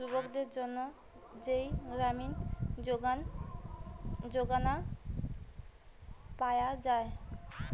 যুবকদের জন্যে যেই গ্রামীণ যোজনা পায়া যায়